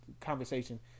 conversation